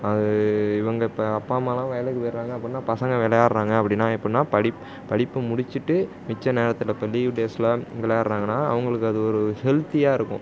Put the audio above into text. அது இவங்க இப்போ அப்பா அம்மாலாம் வேலைக்கு போய்ட்றாங்க அப்படின்னா பசங்க விளையாட்றாங்க அப்படின்னா எப்புடின்னா படிப்பு படிப்பு முடிச்சுட்டு மிச்ச நேரத்தில் இப்போ லீவ் டேஸில் விளையாடுறாங்கன்னா அவங்களுக்கு அது ஒரு ஹெல்த்தியாக இருக்கும்